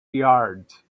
yards